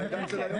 התפלאתי.